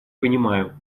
понимаю